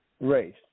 Race